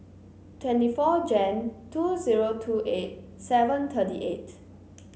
twenty four Jan two zero two eight seven thirty eight